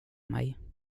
mig